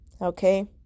okay